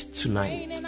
tonight